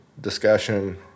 discussion